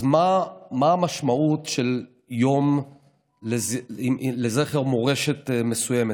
אז מה המשמעות של יום לזכר מורשת מסוימת?